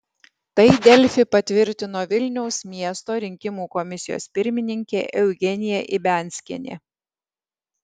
tai delfi patvirtino vilniaus miesto rinkimų komisijos pirmininkė eugenija ibianskienė